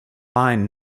line